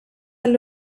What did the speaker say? alle